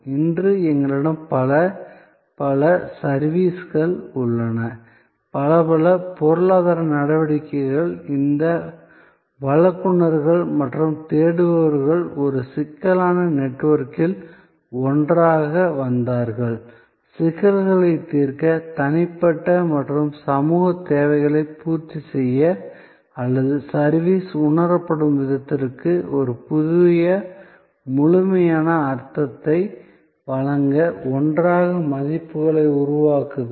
இன்று எங்களிடம் பல பல சர்விஸ்கள் உள்ளன பல பல பொருளாதார நடவடிக்கைகள் இந்த வழங்குநர்கள் மற்றும் தேடுபவர்கள் ஒரு சிக்கலான நெட்வொர்க்கில் ஒன்றாக வந்தார்கள் சிக்கல்களைத் தீர்க்க தனிப்பட்ட மற்றும் சமூகத் தேவைகளைப் பூர்த்தி செய்ய அல்லது சர்விஸ் உணரப்படும் விதத்திற்கு ஒரு புதிய முழுமையான அர்த்தத்தை வழங்க ஒன்றாக மதிப்புகளை உருவாக்குதல்